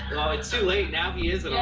oh it's too late, now he is